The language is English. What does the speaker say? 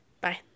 Bye